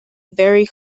very